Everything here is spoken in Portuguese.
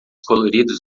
coloridos